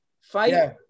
fight